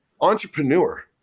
entrepreneur